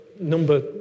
number